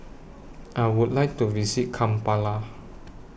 I Would like to visit Kampala